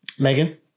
Megan